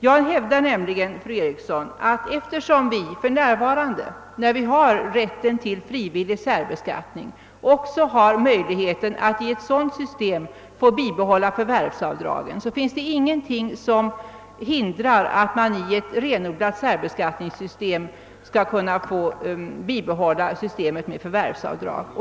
Jag hävdar nämligen, fru Eriksson, att eftersom vi för närvarande, när vi har rätten till frivillig särbeskattning, också har möjlighet att i ett sådant system få bibehålla förvärvsavdragen, så finns det ingenting som hindrar att man i ett renodlat särbeskattningssystem bibehåller systemet med förvärvsavdrag.